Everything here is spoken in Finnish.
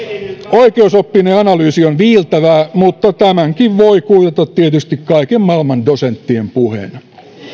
oikeusoppineen analyysi on viiltävää mutta tämänkin voi tietysti kuitata kaiken maailman dosenttien puheena